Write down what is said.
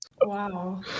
Wow